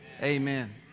amen